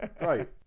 Right